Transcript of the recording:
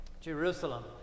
Jerusalem